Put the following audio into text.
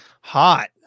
Hot